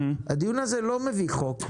הדיון הזה לא מביא חוק,